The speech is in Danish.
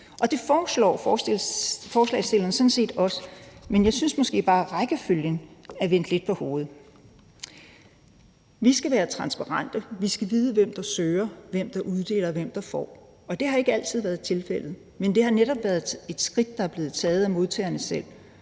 Det foreslår forslagsstillerne sådan set også, men jeg synes måske bare, rækkefølgen er vendt lidt på hovedet. Vi skal have transparens. Vi skal vide, hvem der søger, hvem der uddeler, og hvem der får, og det har ikke altid været tilfældet. Men det har netop været et skridt, der er blevet taget af modtagerne selv,